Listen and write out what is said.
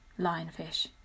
lionfish